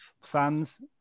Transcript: fans